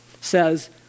says